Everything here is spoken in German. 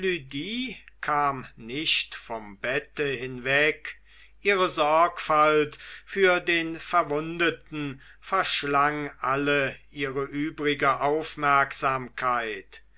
kam nicht vom bette hinweg ihre sorgfalt für den verwundeten verschlang alle ihre übrige aufmerksamkeit